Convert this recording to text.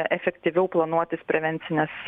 efektyviau planuotis prevencines